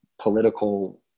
political